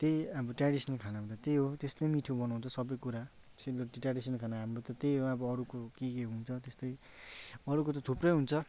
त्यही अब ट्रेडिसनल खानामा त त्यही हो त्यस्तै मिठो बनाउँछ सबै कुरा सेलरोटी ट्रेडिसनल खाना हाम्रो त त्यही हो अब अरूको के के हुन्छ त्यस्तै अरूको त थुप्रै हुन्छ